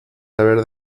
haber